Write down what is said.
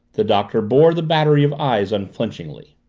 the doctor bore the battery of eyes unflinchingly.